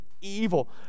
evil